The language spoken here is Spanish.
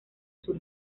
sur